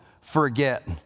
forget